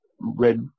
Red